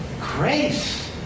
grace